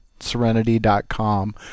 serenity.com